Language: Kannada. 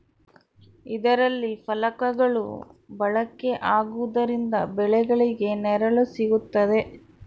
ಇದರಲ್ಲಿ ಫಲಕಗಳು ಬಳಕೆ ಆಗುವುದರಿಂದ ಬೆಳೆಗಳಿಗೆ ನೆರಳು ಸಿಗುತ್ತದೆ